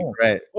Right